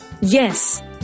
Yes